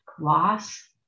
loss